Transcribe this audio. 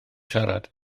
siarad